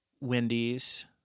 Wendy's